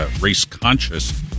race-conscious